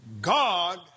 God